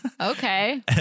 Okay